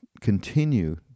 continue